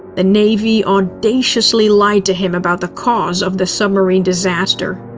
the navy audaciously lied to him about the cause of the submarine disaster.